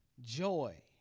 Joy